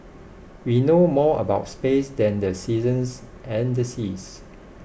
we know more about space than the seasons and the seas